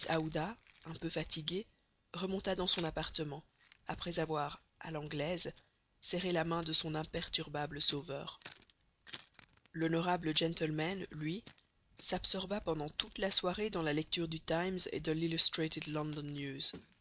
aouda un peu fatiguée remonta dans son appartement après avoir à l'anglaise serré la main de son imperturbable sauveur l'honorable gentleman lui s'absorba pendant toute la soirée dans la lecture du times et de l'illustrated london news